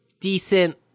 decent